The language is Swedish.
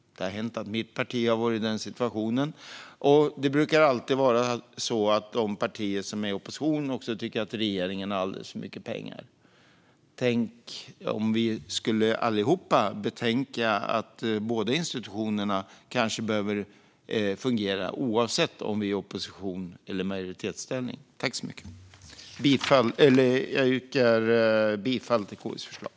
Det har hänt att mitt parti har varit i den situationen. Det brukar också alltid vara partierna som är i opposition som tycker att regeringen har alldeles för mycket pengar. Tänk om vi allihop skulle betänka att båda institutionerna behöver fungera, oavsett om vi är i opposition eller i majoritetsställning! Jag yrkar bifall till KU:s förslag.